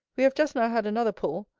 we have just now had another pull.